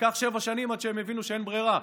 לקח שבע שנים עד שהם הבינו שאין ברירה.